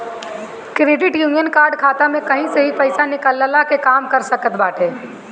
credit union card खाता में कही से भी पईसा निकलला के काम कर सकत बाटे